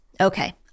Okay